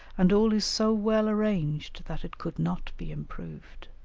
and all is so well arranged that it could not be improved.